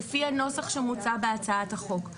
לפי הנוסח שמוצע בהצעת החוק,